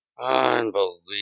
Unbelievable